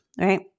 Right